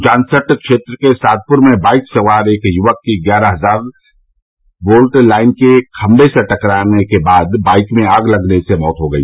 जानसठ क्षेत्र के सादपूर में बाइक सवार एक यूवक की ग्यारह हजार लाइन के खंबे से टकराने के बाद बाइक में आग लगने से मौत हो गई